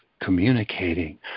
communicating